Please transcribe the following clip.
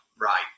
right